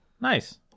nice